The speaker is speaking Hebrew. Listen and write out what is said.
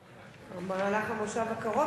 במהלך המושב הקרוב.